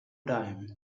dime